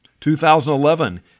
2011